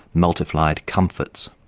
multiplied comforts'.